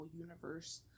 Universe